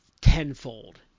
tenfold